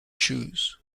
shoes